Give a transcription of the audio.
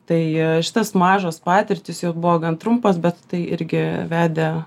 tai šitos mažos patirtys jos buvo gan trumpos bet tai irgi vedė